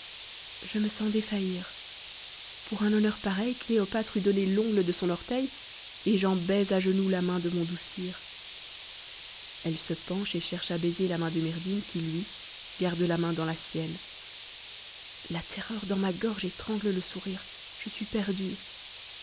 je me sens déiiïir pour un honneur pareil ctéopatre eût donné l'ongle de son orteil et j'en baise à genoux la main de mon doux sire la la rr zin dons lvsisnue la terreur dans ma gorge étrangle le sourire je suis perdue